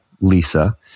lisa